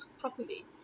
properly